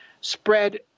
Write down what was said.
spread